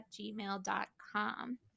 gmail.com